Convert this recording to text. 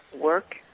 work